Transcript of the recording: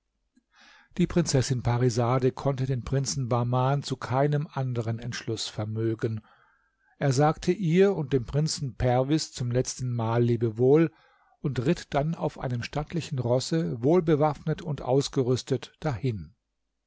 die prinzessin parisade konnte den prinzen bahman zu keinem anderen entschluß vermögen er sagte ihr und dem prinzen perwis zum letzten mal lebewohl und ritt dann auf einem stattlichen rosse wohlbewaffnet und ausgerüstet dahin